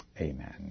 Amen